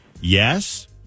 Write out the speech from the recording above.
Yes